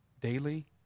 daily